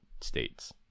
states